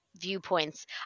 viewpoints